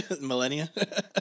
millennia